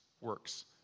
works